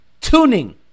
tuning